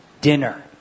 dinner